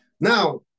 Now